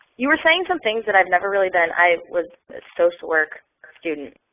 you were saying some things that i've never really been i was a social work student,